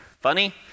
funny